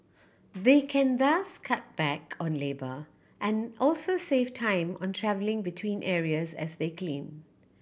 they can thus cut back on labour and also save time on travelling between areas as they clean